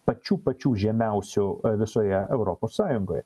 pačių pačių žemiausių visoje europos sąjungoje